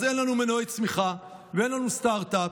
אז אין לנו מנועי צמיחה ואין לנו סטרטאפ,